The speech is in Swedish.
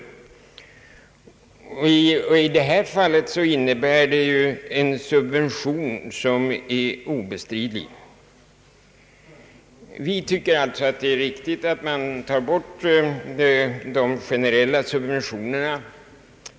I det här fallet innebär det ju en subvention som är obestridlig. Vi tycker alltså att det är riktigt att man tar bort de generella subventionerna.